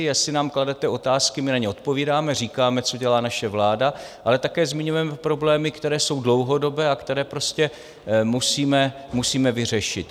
Jestli nám kladete otázky, my na ně odpovídáme, říkáme, co dělá naše vláda, ale také zmiňujeme problémy, které jsou dlouhodobé a které prostě musíme vyřešit.